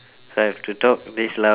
so I have to talk this loud